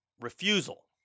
refusal